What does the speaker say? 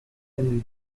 energy